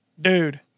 dude